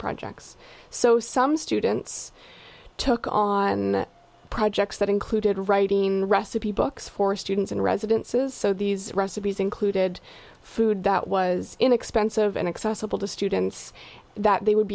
projects so some students took on projects that included writing recipe books for students and residences so these recipes included food that was inexpensive and accessible to students that they would